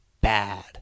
bad